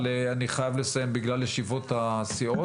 אבל אני חייב לסיים בגלל ישיבות הסיעות,